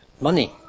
Money